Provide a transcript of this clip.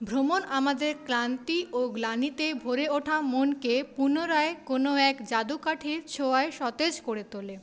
ভ্রমণ আমাদের ক্লান্তি ও গ্লানিতে ভরে ওঠা মনকে পুনরায় কোনো এক জাদুকাঠির ছোঁয়ায় সতেজ করে তোলে